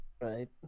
right